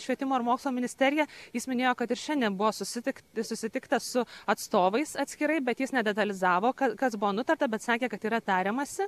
švietimo ir mokslo ministerija jis minėjo kad ir šiandien buvo susitikti susitikta su atstovais atskirai bet jis nedetalizavo kas buvo nutarta bet sakė kad yra tariamasi